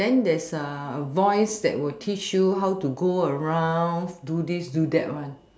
then there's a voice that will teach you how to go around do this do that one